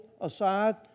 aside